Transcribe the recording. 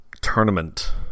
tournament